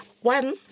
One